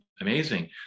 amazing